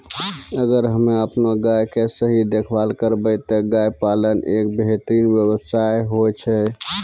अगर हमॅ आपनो गाय के सही देखभाल करबै त गाय पालन एक बेहतरीन व्यवसाय होय छै